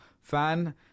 fan